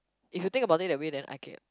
if you think about it that way then I get